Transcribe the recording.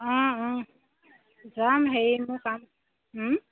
অঁ অঁ যাম হেৰি মোৰ কাম